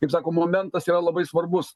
kaip sako momentas yra labai svarbus